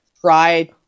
try